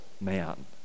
man